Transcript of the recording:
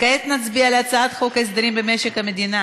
וכעת נצביע על הצעת חוק הסדרים במשק המדינה